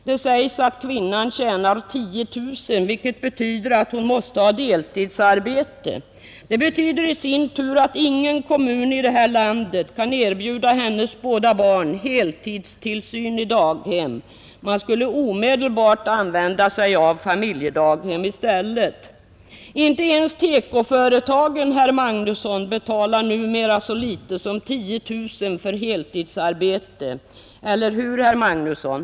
Det sägs att kvinnan tjänar 10 000 kronor, vilket betyder att hon måste ha deltidsarbete. Det betyder i sin tur att ingen kommun i detta land kan erbjuda hennes båda barn heltidstillsyn i daghem. Man skulle omedelbart använda familjedaghem i stället. Inte ens TEKO-företagen betalar numera så litet som 10 000 kronor för heltidsarbete, eller hur, herr Magnusson?